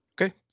Okay